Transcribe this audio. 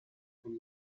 con